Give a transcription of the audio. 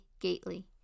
Gately